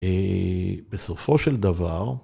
בסופו של דבר...